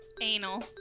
Anal